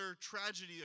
tragedy